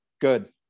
Good